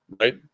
right